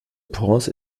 prince